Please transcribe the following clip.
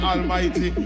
Almighty